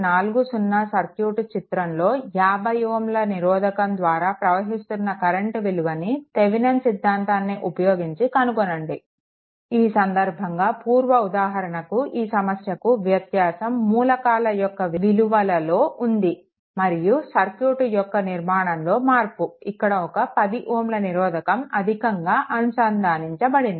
40 circuit చిత్రంలో 50 Ω నిరోధకం ద్వారా ప్రవహిస్తున్న కరెంట్ విలువను థెవెనిన్ సిద్ధాంతాన్ని ఉపయోగించి కనుగొనండి ఈ సందర్భంగా పూర్వ ఉదాహరణకు ఈ సమస్యకి వ్యత్యాసం మూలకాల యొక్క విలువలలో ఉంది మరియు సర్క్యూట్ యొక్క నిర్మాణంలో మార్పు ఇక్కడ ఒక 10 Ω నిరోధకం అధికంగా అనుసంధానించబడింది